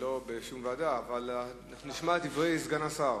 ולא בשום ועדה, אבל נשמע את דברי סגן השר